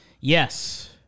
Yes